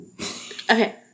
Okay